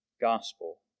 Gospel